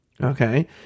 Okay